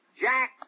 Jack